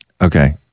Okay